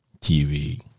TV